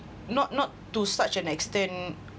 not not to such an extent